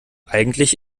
eigentlich